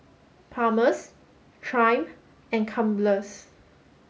Palmer's Triumph and Crumpler